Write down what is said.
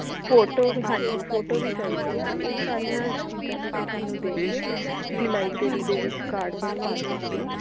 photo ਵੀ ਹਾਂਜੀ photo ਵੀ ਚਾਹੀਦੀ ਹੈ ਇਹ ਸਾਰੀਆਂ ਚੀਜ਼ਾਂ ਤੁਸੀਂ ਸਾਨੂੰ ਦੇ ਕੇ ਤੁਸੀਂ ਲਾਇਬ੍ਰੇਰੀ ਦੇ ਵਿੱਚ ਕਾਰਡ ਬਣਵਾ ਸਕਦੇ ਹੋ